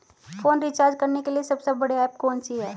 Phone recharge करने के लिए सबसे बढ़िया ऐप कौन सी है?